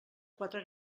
quatre